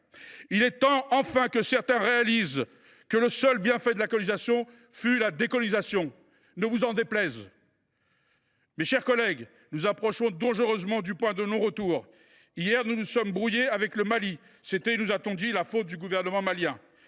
Il est temps que certains réalisent – enfin !– que le seul bienfait de la colonisation fut la décolonisation. Ne vous en déplaise ! Mes chers collègues, nous nous approchons dangereusement du point de non retour. Hier, nous nous sommes brouillés avec le Mali, la faute revenant, nous a t on dit, au gouvernement malien.